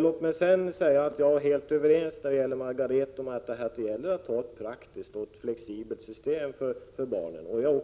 Låt mig sedan säga att jag är helt överens med Margareta Persson om att det gäller att ha ett praktiskt och flexibelt system för barnen.